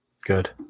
Good